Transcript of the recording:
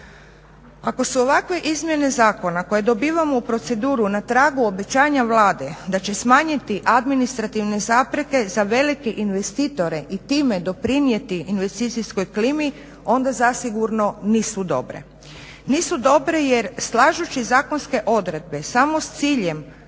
Ako se ovakve izmjene zakona koje dobivamo u proceduru na tragu obećanja Vlade da će smanjiti administrativne zapreke za velike investitore i time doprinijeti investicijskoj klimi onda zasigurno nisu dobre. Nisu dobre jer slažući zakonske odredbe samo s ciljem